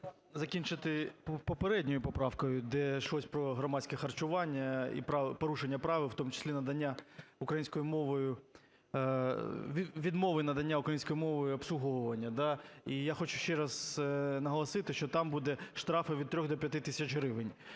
закінчити з попередньою поправкою, де йшлось про громадське і порушення прав, у тому надання українською мовою… відмови надання українською мовою обслуговування, да. І я хочу ще раз наголосити, що там будуть штрафи від 3 до 5 тисяч гривень.